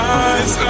eyes